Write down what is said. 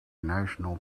national